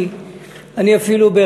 זה לא נושא הלכתי.